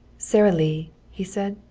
sara lee! he said.